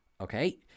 okay